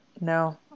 No